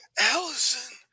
Allison